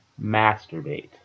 Masturbate